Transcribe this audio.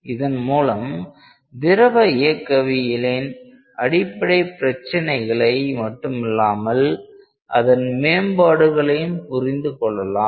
இதன் மூலம் திரவ இயக்கவியலின் அடிப்படை பிரச்சினைகளை மட்டுமில்லாமல் அதன் மேம்பாடுகளையும் புரிந்து கொள்ளலாம்